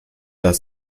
las